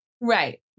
Right